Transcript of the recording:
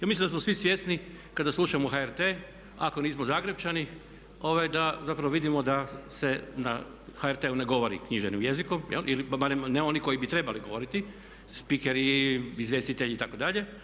Ja mislim da smo svi svjesni kada slušamo HRT ako nismo Zagrepčani da zapravo vidimo da se na HRT-u ne govori književnim jezikom ili barem ne oni koji bi trebali govoriti spikeri, izvjestitelji itd.